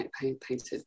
painted